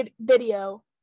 video